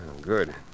Good